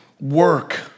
work